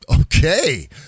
Okay